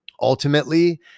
ultimately